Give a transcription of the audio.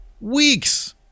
weeks